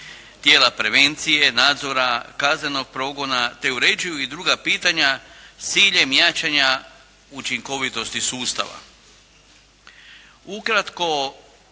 tijela prevencije, nadzora, kaznenog progona, te uređuju i druga pitanja s ciljem jačanja učinkovitosti sustava.